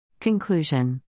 Conclusion